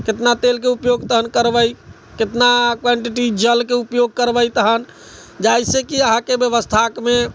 कितना तेलके उपयोग तखन करबै कितना क्वान्टिटी जलके उपयोग करबै तखन जाहिसँ कि अहाँके व्यवस्थामे